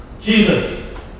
Jesus